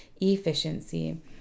efficiency